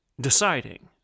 Deciding